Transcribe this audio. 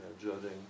judging